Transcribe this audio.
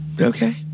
Okay